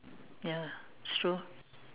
ya it's true